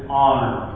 honor